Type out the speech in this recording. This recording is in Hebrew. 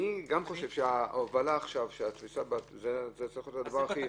גם אני חושב שההובלה זה צריך להיות הדבר הכי --- זה מוסדר בתקנות,